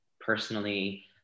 personally